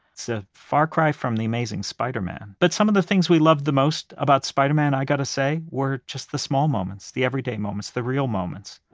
far cry from the amazing spiderman, but some of the things we love the most about spiderman, i got to say, were just the small moments, the everyday moments, the real moments.